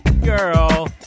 Girl